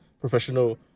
professional